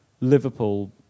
Liverpool